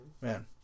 man